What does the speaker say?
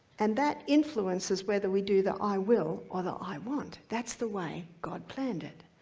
and that influences whether we do the i will or the i won't. that's the way god planned it.